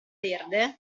verde